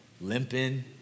limping